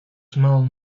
small